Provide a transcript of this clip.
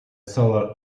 solar